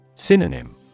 Synonym